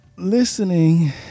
Listening